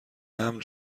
حمل